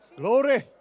Glory